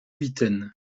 huitaine